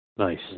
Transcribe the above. Nice